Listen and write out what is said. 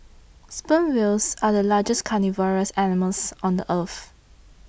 sperm whales are the largest carnivorous animals on the earth